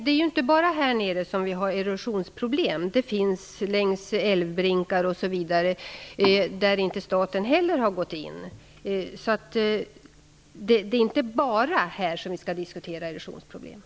Det är inte bara nere i Skåne som man har erosionsproblem. Det finns problem längs älvbrinkar osv. I de fallen har staten inte heller gått in. Det är inte bara Skånes erosionsproblem som vi skall diskutera.